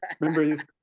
Remember